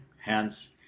Hence